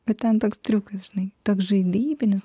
bet ten toks triukas žinai toks žaidybinis